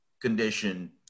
condition